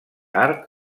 art